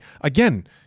Again